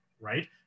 Right